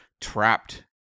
trapped